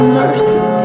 mercy